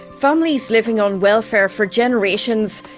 families living on welfare for generations,